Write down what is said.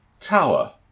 Tower